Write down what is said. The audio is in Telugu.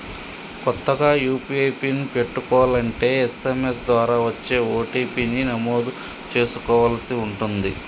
కొత్తగా యూ.పీ.ఐ పిన్ పెట్టుకోలంటే ఎస్.ఎం.ఎస్ ద్వారా వచ్చే ఓ.టీ.పీ ని నమోదు చేసుకోవలసి ఉంటుంది